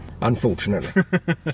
unfortunately